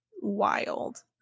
Wild